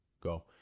go